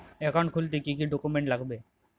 Account খুলতে কি কি ডকুমেন্ট লাগবে?